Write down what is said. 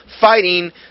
fighting